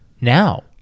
now